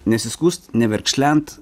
nesiskųst neverkšlent